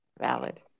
valid